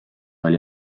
oli